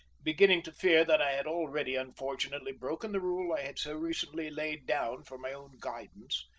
beginning to fear that i had already unfortunately broken the rule i had so recently laid down for my own guidance.